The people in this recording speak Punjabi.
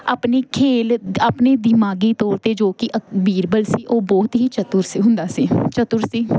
ਆਪਣੀ ਖੇਡ ਆਪਣੀ ਦਿਮਾਗੀ ਤੌਰ 'ਤੇ ਜੋ ਕਿ ਅਕ ਬੀਰਬਲ ਸੀ ਉਹ ਬਹੁਤ ਹੀ ਚਤੁਰ ਸੀ ਹੁੰਦਾ ਸੀ ਚਤੁਰ ਸੀ